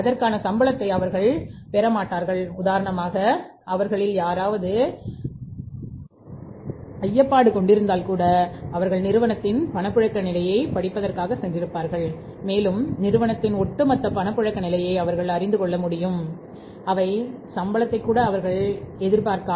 அவர்களுக்கான சம்பளத்தை கூட அவர்கள் பெறமாட்டார்கள் என்று நினைத்ததே இல்லை உதாரணமாக அவர்களில் யாராவது சந்தேகத்தை கொண்டிருந்தால் கூட அவர்கள் நிறுவனத்தின் பணப்புழக்க நிலையைப் படிப்பதற்காகச் சென்றிருப்பார்கள் மேலும் நிறுவனத்தின் ஒட்டுமொத்த பணப்புழக்க நிலையை அவர்கள் அறிந்து கொள்ளவும் முடிந்திருக்கும் அவை சம்பளத்தை கூட அவர்கள் பெறமாட்டார்கள் என்று எதிர்பார்க்கவில்லை